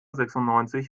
sechsundneunzig